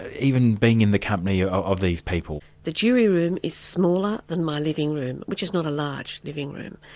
ah even being in the company ah of these people. the jury room is smaller than my living room, which is not a large living room.